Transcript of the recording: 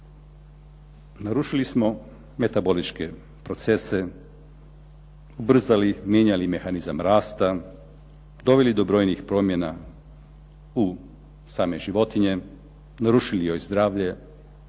Narušili smo metaboličke procese, ubrzali i mijenjali mehanizam rasta, doveli do brojnih promjena u same životinje, narušili joj zdravlje.